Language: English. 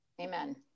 Amen